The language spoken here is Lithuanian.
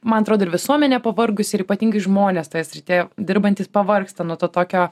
man atrodo ir visuomenė pavargusi ir ypatingi žmonės toj srityje dirbantys pavargsta nuo to tokio